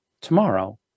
tomorrow